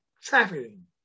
trafficking